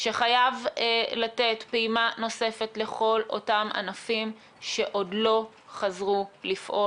שחייב לתת פעימה נוספת לכל אותם ענפים שעוד לא חזרו לפעול.